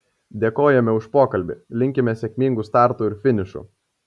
dėkojame už pokalbį linkime sėkmingų startų ir finišų